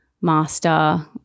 master